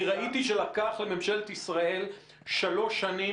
אני ראיתי שלקח לממשלת ישראל שלוש שנים